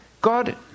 God